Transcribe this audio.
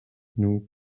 new